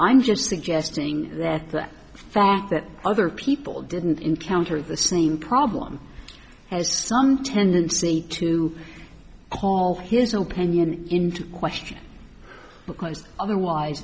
i'm just suggesting that the fact that other people didn't encounter the same problem as some tendency to call his opinion into question because otherwise